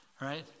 right